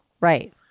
right